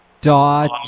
dot